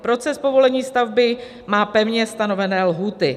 Proces povolení stavby má pevně stanovené lhůty.